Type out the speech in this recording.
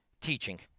teaching